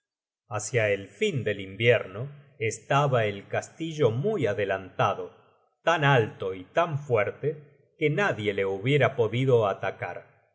hácia el fin del invierno estaba el castillo muy adelantado tan alto y tan fuerte que nadie le hubiera podido atacar